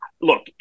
look